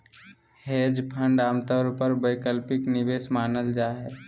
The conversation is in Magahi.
हेज फंड आमतौर पर वैकल्पिक निवेश मानल जा हय